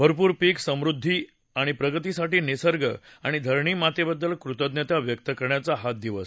भरपूर पीक समृद्दी आणि प्रगतीसाठी निसर्ग आणि धरणीमातेबद्दल कृतज्ञता व्यक्त करण्याचा हा दिवस आहे